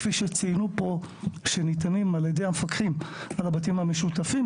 כפי שציינו פה שניתנים על ידי המפקחים על הבתים המשותפים.